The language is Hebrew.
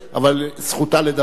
אבל זכותה לדבר.